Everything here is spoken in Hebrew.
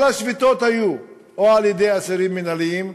כל השביתות היו או של אסירים מינהליים,